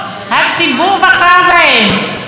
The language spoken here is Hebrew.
בעזות מצח עוד יותר,